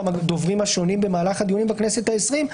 הדוברים השונים במהלך הדיון בכנסת ה-20,